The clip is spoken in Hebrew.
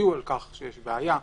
שיצביעו על כך שיש בעיה,